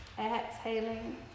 exhaling